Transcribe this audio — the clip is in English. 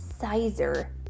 Sizer